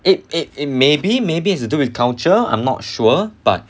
it it it maybe maybe is to do with culture I'm not sure but